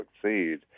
succeed